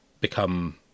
become